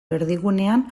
erdigunean